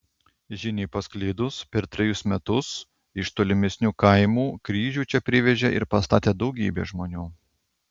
žiniai pasklidus per trejus metus iš tolimesnių kaimų kryžių čia privežė ir pastatė daugybė žmonių